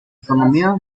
economía